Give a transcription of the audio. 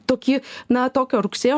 toki na tokio rugsėjo